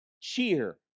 Cheer